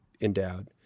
endowed